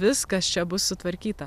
viskas čia bus sutvarkyta